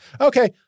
Okay